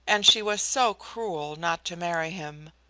and she was so cruel not to marry him!